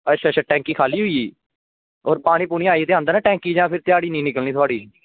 अच्छा अच्छा टंकी खाल्ली होई होर पानी आई ते जंदा ना टंकी च फिर ध्याड़ी कियां निकलनी थुआढ़ी